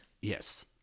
yes